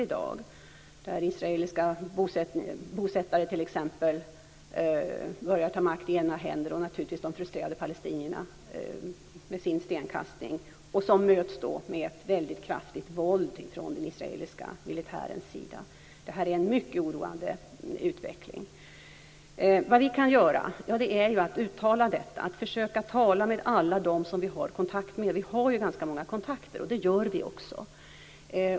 T.ex. börjar israeliska bosättare att ta makten i egna händer, och de frustrerade palestinierna ägnar sig åt stenkastning, vilket möts av kraftigt våld från den israeliska militärens sida. Det är en mycket oroande utveckling. Vad kan vi göra? Vi kan försöka tala med alla dem vi har kontakt med. Vi har ganska många kontakter. Det gör vi också.